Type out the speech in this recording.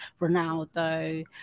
Ronaldo